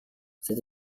saya